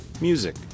music